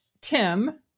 Tim